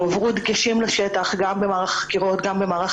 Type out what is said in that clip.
הועברו דגשים לשטח במהלך החקירות ובמהלך